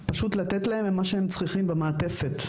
פשוט לתת להם גם את המעטפת שלה הם זקוקים.